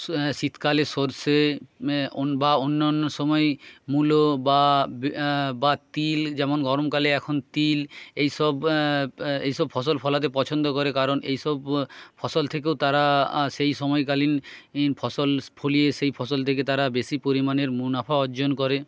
শীতকালে সর্ষে বা অন্যান্য সময়ে মুলো বা বা তিল যেমন গরমকালে এখন তিল এই সব এই সব ফসল ফলাতে পছন্দ করে কারণ এই সব ফসল থেকেও তারা সেই সময়কালীন ফসল ফলিয়ে সেই ফসল থেকে তারা বেশি পরিমাণের মুনাফা অর্জন করে